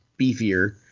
beefier